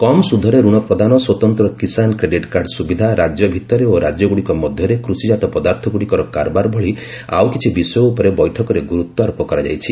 କମ୍ ସୁଧରେ ରଣ ପ୍ରଦାନ ସ୍ୱତନ୍ତ୍ର କିଷାନ୍ କ୍ରେଡିଟ୍ କାର୍ଡ଼ ସୁବିଧା ରାଜ୍ୟ ଭିତରେ ଓ ରାଜ୍ୟଗୁଡ଼ିକ ମଧ୍ୟରେ କୃଷିଜାତ ପଦାର୍ଥଗୁଡ଼ିକର କାରବାର ଭଳି ଆଉ କିଛି ବିଷୟ ଉପରେ ବୈଠକରେ ଗୁରୁତ୍ୱ ଆରୋପ କରାଯାଇଛି